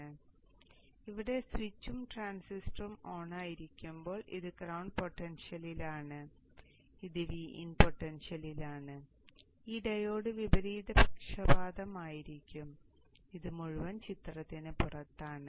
അതിനാൽ ഇവിടെ സ്വിച്ചും ട്രാൻസിസ്റ്ററും ഓണായിരിക്കുമ്പോൾ ഇത് ഗ്രൌണ്ട് പൊട്ടൻഷ്യലിലാണ് ഇത് Vin പൊട്ടൻഷ്യലിലാണ് ഈ ഡയോഡ് വിപരീത പക്ഷപാതം ആയിരിക്കും ഇത് മുഴുവൻ ചിത്രത്തിന് പുറത്താണ്